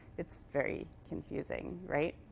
it's very confusing. right?